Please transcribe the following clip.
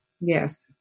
Yes